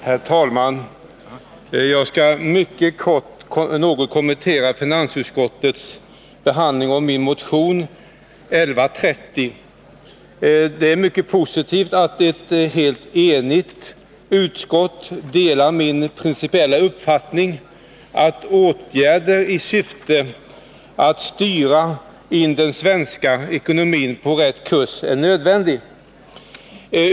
Herr talman! Jag skall mycket kort kommentera finansutskottets behandling av min motion 1980/81:1130. Det är mycket positivt att ett helt enigt utskott delar min principiella uppfattning att åtgärder i syfte att styra in den svenska ekonomin på rätt kurs är nödvändiga.